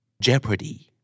Jeopardy